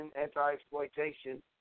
anti-exploitation